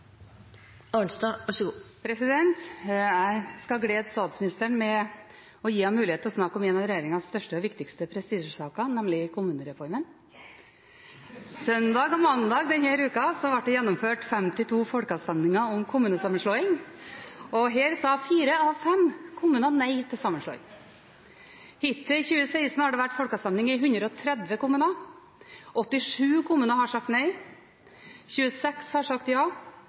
viktigste prestisjesaker, nemlig kommunereformen. Yesss! Søndag og mandag denne uka ble det gjennomført 52 folkeavstemninger om kommunesammenslåing, og her sa fire av fem kommuner nei til sammenslåing. Hittil i 2016 har det vært folkeavstemning i 130 kommuner. 87 kommuner har sagt nei. 26 har sagt ja.